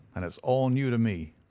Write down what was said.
and it's all new to me.